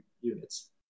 units